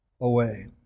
away